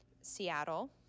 Seattle